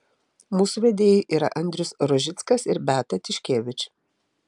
mūsų vedėjai yra andrius rožickas ir beata tiškevič